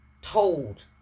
told